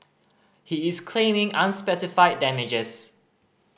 he is claiming unspecified damages